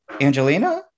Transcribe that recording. Angelina